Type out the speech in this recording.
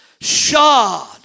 shod